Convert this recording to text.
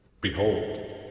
behold